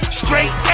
straight